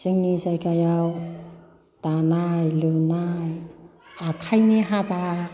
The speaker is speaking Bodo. जोंनि जायगायाव दानाय लुनाय आखाइनि हाबा